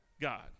God